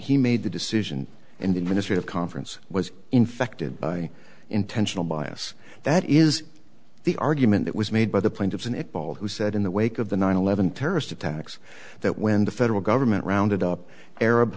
he made the decision in the ministry of conference was infected by intentional bias that is the argument that was made by the plaintiffs and it ball who said in the wake of the nine eleven terrorist attacks that when the federal government rounded up arab